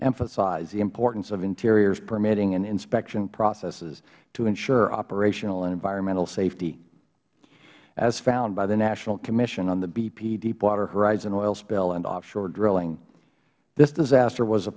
emphasize the importance of interior's permitting and inspection processes to ensure operational and environmental safety as found by the national commission on the bp deepwater horizon oil spill and offshore drilling this disaster was